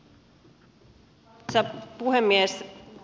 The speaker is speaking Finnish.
arvoisa puhemies